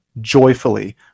joyfully